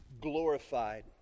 glorified